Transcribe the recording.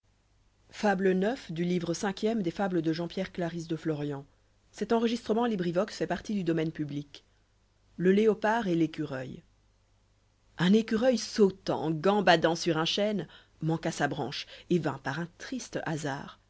le léopard et l'écureuil un écureuil sautant gambadant star un chêne manqua sa branche et vint par un triste hasard